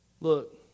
Look